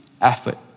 effort